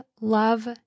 love